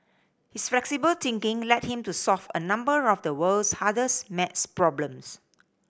his flexible thinking led him to solve a number of the world's hardest maths problems